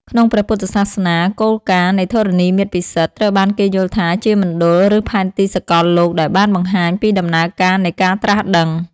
ក្នុងព្រះពុទ្ធសាសនា គោលការណ៍នៃធរណីមាត្រពិសិដ្ឋត្រូវបានគេយល់ថាជាមណ្ឌល ឬផែនទីសកលលោកដែលបានបង្ហាញពីដំណើរការនៃការត្រាស់ដឹង។